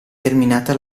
terminata